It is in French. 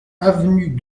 avenue